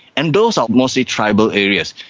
and those are mostly tribal areas.